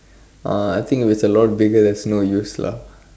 uh I think if it was a lot bigger there's no use lah